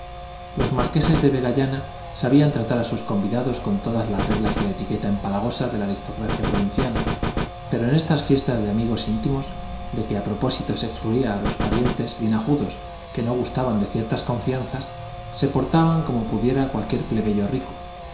los marqueses de vegallana sabían tratar a sus convidados con todas las reglas de la etiqueta empalagosa de la aristocracia provinciana pero en estas fiestas de amigos íntimos de que a propósito se excluía a los parientes linajudos que no gustaban de ciertas confianzas se portaban como pudiera cualquier plebeyo rico